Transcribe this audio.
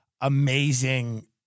amazing